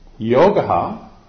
Yogaha